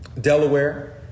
Delaware